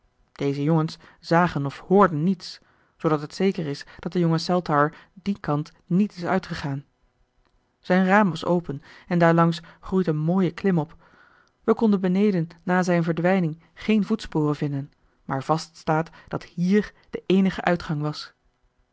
deze jongens zagen of hoorden niets zoodat het zeker is dat de jonge saltire dien kant niet is uitgegaan zijn raam was open en daarlangs groeit een mooie klimop wij konden beneden na zijn verdwijning geen voetsporen vinden maar vast staat dat hier de eenige uitgang was